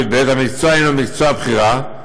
י"ב המקצוע הנו מקצוע בחירה,